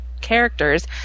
characters